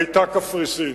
היתה קפריסין.